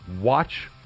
watch